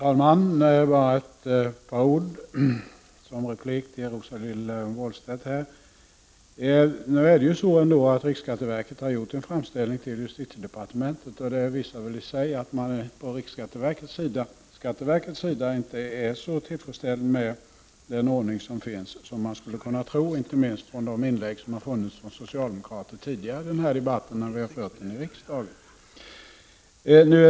Fru talman! Bara ett par ord som replik till Rosa-Lill Wåhlstedt. Riksskatteverket har gjort en framställning till justitiedepartementet, och det visar väl i sig att man från riksskatteverkets sida inte är så tillfredsställd med den rådande ordningen som det kan förefalla av de inlägg som gjorts av socialdemokrater tidigare, när vi har fört den här debatten i riksdagen.